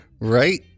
Right